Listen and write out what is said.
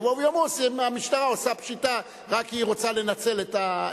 יבואו ויאמרו שהמשטרה עושה פשיטה רק כי היא רוצה לנצל את,